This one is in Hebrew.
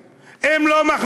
הם היו נשארים עבדים כל החיים.